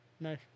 Nice